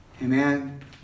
Amen